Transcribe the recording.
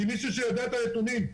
עם מישהו שיודע את הנתונים,